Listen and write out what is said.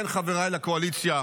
כן, חבריי לקואליציה,